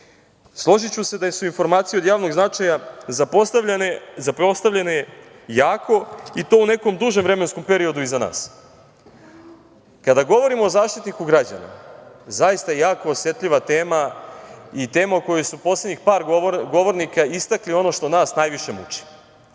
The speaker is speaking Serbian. pitanje. Složiću se da su informacije od javnog značaja zapostavljene jako i to u nekom dužem vremenskom periodu iza nas. Kada govorimo o Zaštitniku građana, zaista jako osetljiva tema i tema o kojoj su poslednjih par govornika istakli ono što nas najviše muči.